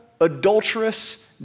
adulterous